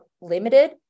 limited